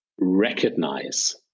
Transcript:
recognize